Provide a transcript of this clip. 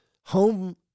home